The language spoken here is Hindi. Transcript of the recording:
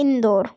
इंदौर